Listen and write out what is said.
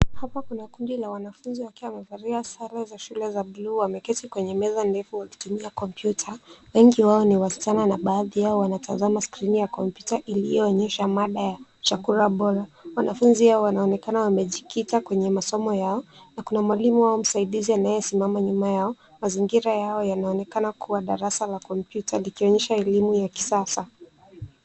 Hapa kuna kundi la wanafunzi wakiwa wamevalia sare za shule za bluu wameketi kwenye meza ndefu wakitumia kompyuta. Wengi wao ni wasichana na baadhi yao wanatazama skrini ya kompyuta iliyoonyesha mada ya chakula bora. Wanafunzi hao wanaonekana wamejikita kwenye masomo yao na kuna mwalimu wao msaidizi anayesimama nyuma yao. Mazingira yao yanaonekana kuwa darasa la kompyuta likionyesha elimu ya kisasa.